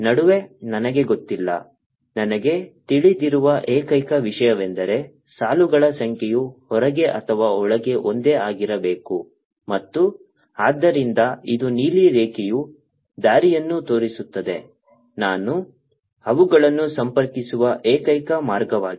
ನಡುವೆ ನನಗೆ ಗೊತ್ತಿಲ್ಲ ನನಗೆ ತಿಳಿದಿರುವ ಏಕೈಕ ವಿಷಯವೆಂದರೆ ಸಾಲುಗಳ ಸಂಖ್ಯೆಯು ಹೊರಗೆ ಅಥವಾ ಒಳಗೆ ಒಂದೇ ಆಗಿರಬೇಕು ಮತ್ತು ಆದ್ದರಿಂದ ಇದು ನೀಲಿ ರೇಖೆಯು ದಾರಿಯನ್ನು ತೋರಿಸುತ್ತದೆ ನಾನು ಅವುಗಳನ್ನು ಸಂಪರ್ಕಿಸುವ ಏಕೈಕ ಮಾರ್ಗವಾಗಿದೆ